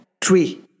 three